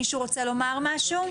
מישהו רוצה לומר משהו?